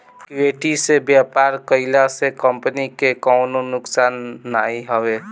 equity से व्यापार कईला से कंपनी के कवनो नुकसान नाइ हवे